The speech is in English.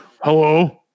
hello